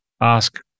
ask